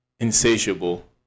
insatiable